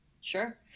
Sure